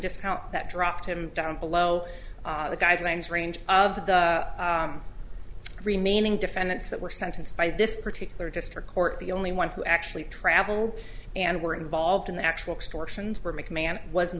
discount that dropped him down below the guidelines range of the remaining defendants that were sentenced by this particular district court the only one who actually travel and were involved in the actual extortions were mcmahon was